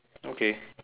okay